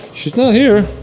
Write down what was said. she's not here.